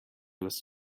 was